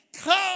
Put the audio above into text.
come